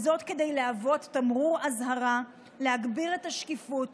כדי להוות תמרור אזהרה, להגביר את השקיפות